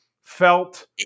felt